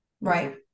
right